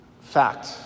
fact